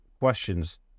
questions